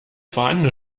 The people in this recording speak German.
vorhandene